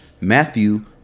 Matthew